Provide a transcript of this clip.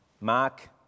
Mark